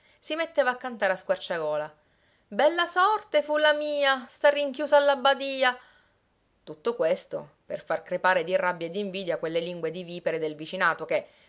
si metteva a cantare a squarciagola bella sorte fu la mia star rinchiusa alla badia tutto questo per far crepare di rabbia e d'invidia quelle lingue di vipere del vicinato che